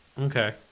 Okay